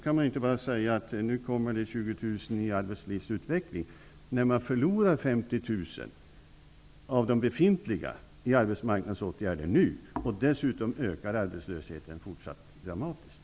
Man kan inte bara säga att det kommer 20 000 50 000 av de befintliga arbetstillfällena går förlorade. Dessutom fortsätter arbetslösheten att öka dramatiskt.